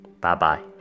Bye-bye